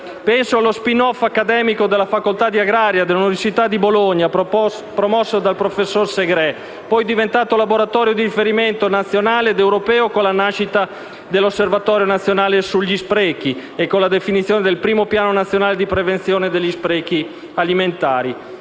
Penso allo *spin off* accademico della facoltà di agraria dell'università di Bologna promosso dal professor Segré, poi diventato laboratorio di riferimento nazionale ed europeo, con la nascita dell'Osservatorio nazionale sugli sprechi e con la definizione del primo Piano nazionale di prevenzione degli sprechi alimentari.